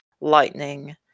lightning